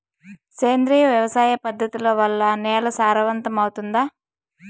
సేంద్రియ వ్యవసాయ పద్ధతుల వల్ల, నేల సారవంతమౌతుందా?